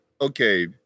okay